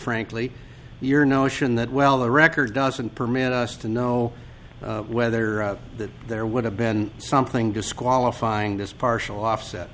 frankly your notion that well the record doesn't permit us to know whether that there would have been something disqualifying this partial offset